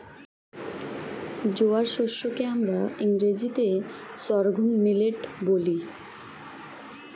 জোয়ার শস্য কে আমরা ইংরেজিতে সর্ঘুম মিলেট বলি